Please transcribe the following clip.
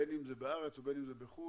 בין אם זה בארץ ובין אם זה בחו"ל.